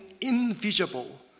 invisible